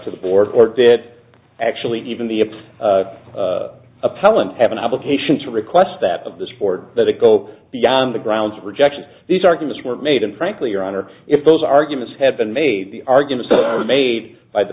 to the board or did actually even the appellant have an obligation to request that of this board to go beyond the grounds of rejection these arguments were made and frankly your honor if those arguments had been made the arguments are made by the